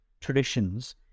traditions